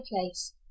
place